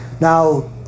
Now